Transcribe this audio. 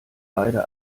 beide